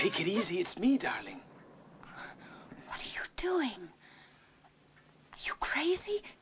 take it easy it's me darling telling crazy